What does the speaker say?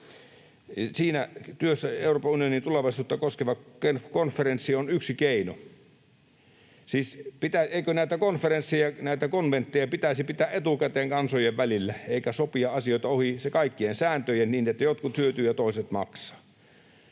siinä työssä Euroopan unionin tulevaisuutta koskeva konferenssi on yksi keino. Siis eikö näitä konferensseja ja näitä konventteja pitäisi pitää etukäteen kansojen välillä eikä sopia asioita ohi kaikkien sääntöjen niin, että jotkut hyötyvät ja toiset maksavat?